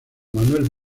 manuel